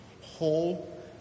whole